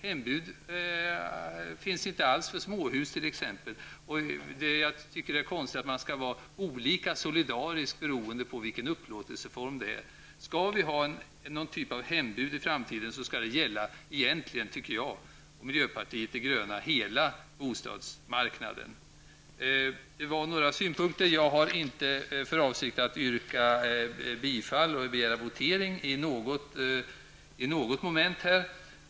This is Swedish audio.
Hembud finns inte alls för småhus t.ex. Jag tycker att det är konstigt att man skall vara olika solidarisk beroende på vilken upplåtelseform det är. Skall vi i framtiden ha någon typ av hembud skall det egentligen gälla hela bostadsmarknaden, tycker jag och miljöpartiet de gröna. Det var några synpunkter. Jag har inte för avsikt att yrka bifall eller begära votering i något moment här.